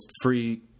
free